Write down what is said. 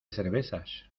cervezas